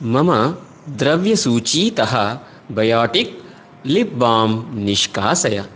मम द्रव्यसूचीतः Biotique lip balm निष्कासय